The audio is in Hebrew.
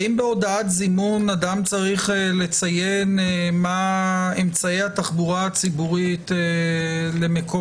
האם בהודעת זימון אדם צריך לציין מה אמצעי התחבורה הציבורית למקום?